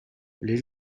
les